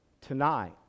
tonight